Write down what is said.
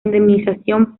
indemnización